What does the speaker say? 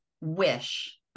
wish